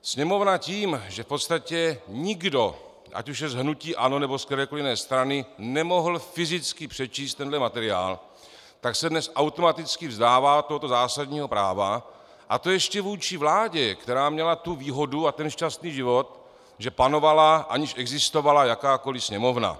Sněmovna tím, že v podstatě nikdo, ať už je z hnutí ANO, nebo z kterékoli jiné strany, nemohl fyzicky přečíst tenhle materiál, se dnes automaticky vzdává tohoto zásadního práva, a to ještě vůči vládě, která měla tu výhodu a ten šťastný život, že panovala, aniž existovala jakákoli Sněmovna.